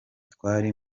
twari